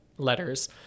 letters